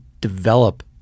develop